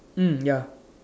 mm ya